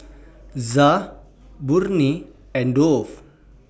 Za Burnie and Dove